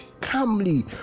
calmly